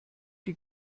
die